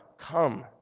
Come